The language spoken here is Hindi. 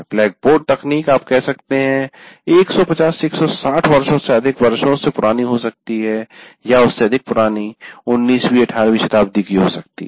ब्लैक बोर्ड तकनीक आप कह सकते हैं 150 160 वर्षो से अधिक वर्षों से पुरानी हो सकती है या उससे अधिक पुरानी 19वीं या 18वीं शताब्दी की हो सकती है